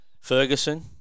Ferguson